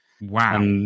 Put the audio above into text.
Wow